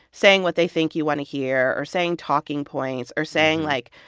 saying what they think you want to hear or saying talking points or saying, like,